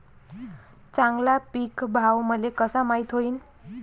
चांगला पीक भाव मले कसा माइत होईन?